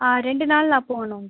ஆ ரெண்டு நாள் நான் போகணும்